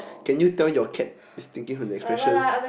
can you tell your cat is thinking from the expression